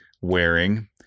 wearing